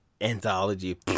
anthology